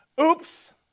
Oops